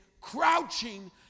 crouching